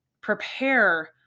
prepare